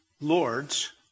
lords